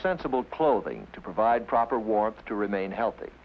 sensible clothing to provide proper warmth to remain healthy